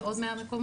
זה עוד 100 מקומות.